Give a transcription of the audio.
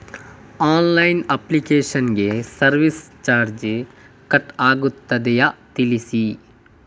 Online application ಗೆ service charge cut ಆಗುತ್ತದೆಯಾ ತಿಳಿಸಿ?